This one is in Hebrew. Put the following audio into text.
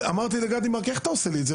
אמרתי לגדי מארק: איך אתה עושה לי את זה?